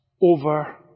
over